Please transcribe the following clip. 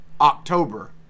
October